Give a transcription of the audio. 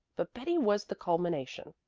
but betty was the culmination.